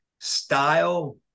style